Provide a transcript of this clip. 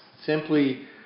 Simply